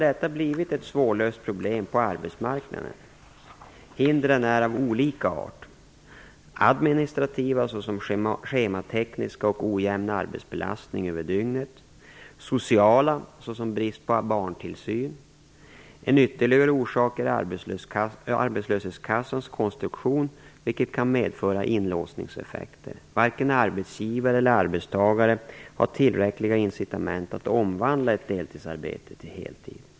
Det är fråga om administrativa hinder, såsom schematekniska hinder och ojämn arbetsbelastning över dygnet, och sociala hinder, såsom brist på barntillsyn. En ytterligare orsak är arbetslöshetskassans konstruktion, vilket kan medföra inlåsningseffekter. Varken arbetsgivare eller arbetstagare har tillräckliga incitament att omvandla ett deltidsarbete till heltid.